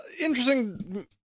Interesting